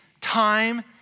time